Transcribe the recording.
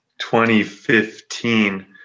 2015